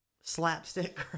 slapstick